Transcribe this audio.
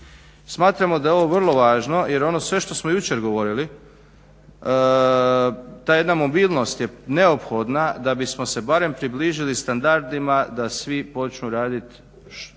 Smatramo da je ovo vrlo važno jer ono sve što smo jučer govorili ta jedna mobilnost je neophodna da bismo se barem približili standardima da svi počnu raditi što